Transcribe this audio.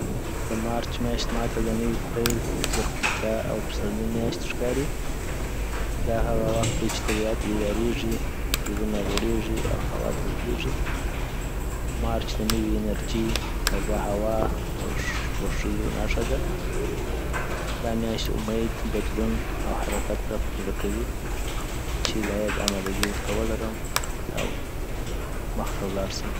دمارچ میاشت ماته د نوې پیل، زرغونتیا او پسرلي میاشت ښکاري. دا هغه وخت دی چې طبیعت بیدارېږي، ګلونه غوړېږي او هوا تودېږي. مارچ د نوې انرژۍ، تازه هواء او خوښیو نښه ده. .دا میاشت امید، بدلون او حرکت راپه زړه کوي چی باید امدګی ورته ولرم او مخته ولاړ سم